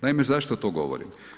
Naime, zašto to govorim?